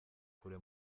kure